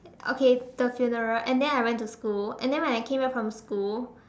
okay the funeral and then I went to school and then when I came back from school